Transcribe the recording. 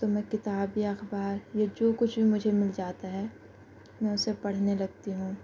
تو میں کتاب یا اخبار یا جو کچھ مجھے مل جاتا ہے میں اسے پڑھنے لگتی ہوں